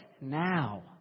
now